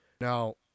now